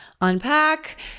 unpack